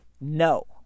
No